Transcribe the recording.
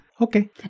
Okay